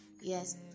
Yes